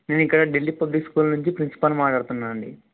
నేను ఇక్కడ Delhi public school నుంచి ప్రిన్సిపల్ని మాట్లాడుతున్నానండి